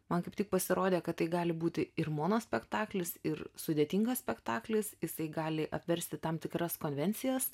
man kaip tik pasirodė kad tai gali būti ir monospektaklis ir sudėtingas spektaklis jisai gali apversti tam tikras konvencijas